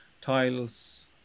tiles